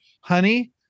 honey